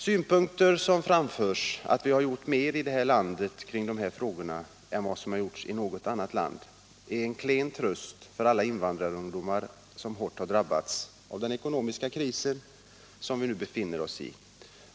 Synpunkten — som framförs — att vi har gjort mer i vårt land kring dessa frågor än vad som har gjorts i något annat land är en klen tröst för alla invandrarungdomar som hårt drabbats av den ekonomiska kris vi nu befinner oss i.